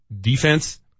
defense